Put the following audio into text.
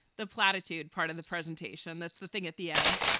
the platitude part of the presentation, that's the thing at the end.